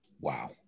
Wow